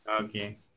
Okay